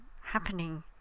happening